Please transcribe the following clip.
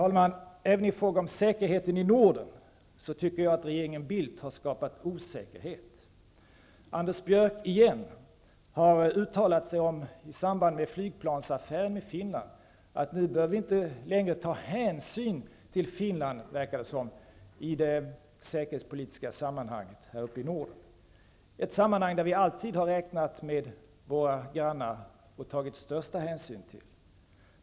Herr talman! Även i fråga om säkerheten i Norden tycker jag regeringen Bildt har skapat osäkerhet. Anders Björck, igen, har i samband med flygplansaffären med Finland sagt att vi nu inte längre bör ta hänsyn till Finland i det säkerhetspolitiska sammanhanget här uppe i Norden. Det är ett sammanhang där vi alltid räknat med och tagit största hänsyn till våra grannar.